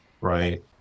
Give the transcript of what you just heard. right